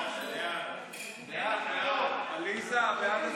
ההצעה להעביר את